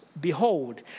Behold